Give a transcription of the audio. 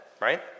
right